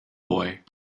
boy